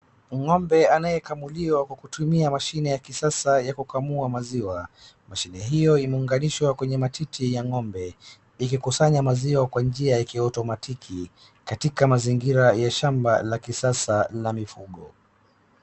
Ng'ombe anayekamuliwa kwa kutumia mashine ya kisasa ya kukamua maziwa. Mashine hiyo imeinganishwa kwenye matiti ya ng'ombe ikikusanya maziwa ya kwa njia ya kiatumatiki katika mazingira ya shamba ya kisasa ya mifugo.